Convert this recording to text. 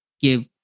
give